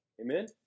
Amen